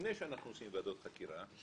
לפני שעושים ועדות חקירה,